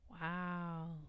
wow